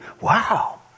Wow